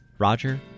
roger